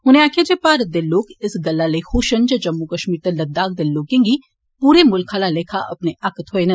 उनें आक्खेया जे भारत दे लोक इस गल्ला लेई खुश न जम्मू कश्मीर ते लददाख दे लोर्क गी पूरे मुल्ख आला लेखा अपने हक्क थ्होए न